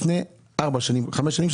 לפני 4 5 שנים,